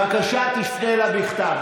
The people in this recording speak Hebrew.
בבקשה תפנה אליה בכתב.